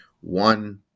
One